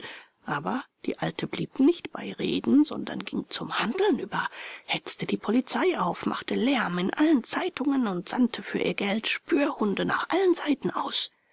aber die alte blieb nicht bei reden sondern ging zum handeln über hetzte die polizei auf machte lärm in allen zeitungen und sandte für ihr geld spürhunde nach allen seiten aus